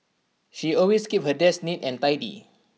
she always keeps her desk neat and tidy